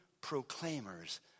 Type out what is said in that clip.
proclaimers